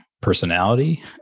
personality